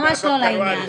זה ממש לא לעניין.